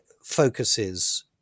focuses